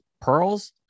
Pearls